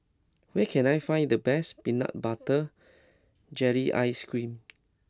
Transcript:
where can I find the best Peanut Butter Jelly Ice Cream